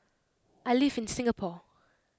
I live in Singapore